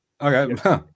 Okay